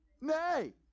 nay